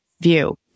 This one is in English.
view